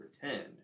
pretend